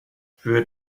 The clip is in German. für